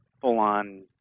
full-on